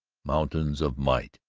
mountains of might!